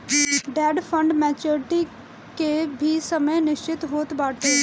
debt fund maturity के भी समय निश्चित होत बाटे